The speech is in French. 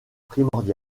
primordial